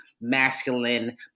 masculine